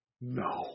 no